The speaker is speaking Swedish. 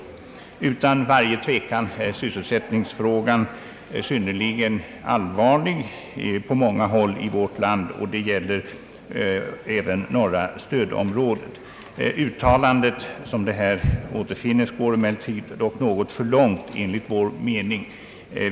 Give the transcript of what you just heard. Utan tvekan är sysselsättningsfrågan synnerligen allvarlig på många håll i vårt land. Det gäller även norra stödområdet. Uttalandet går emellertid något för långt enligt vår mening.